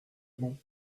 bon